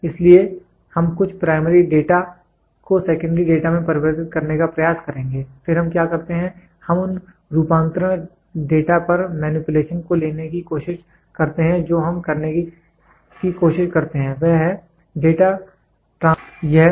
इसलिए हम कुछ प्राइमरी डेटा को सेकेंड्री डेटा में परिवर्तित करने का प्रयास करेंगे फिर हम क्या करते हैं हम उन रुपांतरण डेटा चर मैनिपुलेशन को लेने की कोशिश करते हैं जो हम करने की कोशिश करते हैं वह है डेटा ट्रांसमिशन सिस्टम है